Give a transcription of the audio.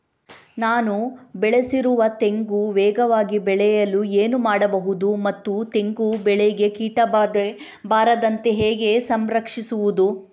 ನಾನು ಬೆಳೆಸಿರುವ ತೆಂಗು ವೇಗವಾಗಿ ಬೆಳೆಯಲು ಏನು ಮಾಡಬಹುದು ಮತ್ತು ತೆಂಗು ಬೆಳೆಗೆ ಕೀಟಬಾಧೆ ಬಾರದಂತೆ ಹೇಗೆ ಸಂರಕ್ಷಿಸುವುದು?